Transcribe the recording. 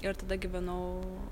ir tada gyvenau